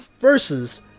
versus